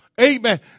Amen